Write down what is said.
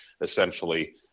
essentially